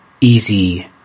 easy